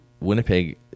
Winnipeg